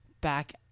back